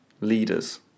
leaders